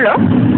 hello